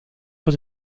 het